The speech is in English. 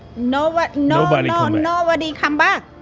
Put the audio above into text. nobody nobody um nobody come back.